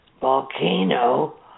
volcano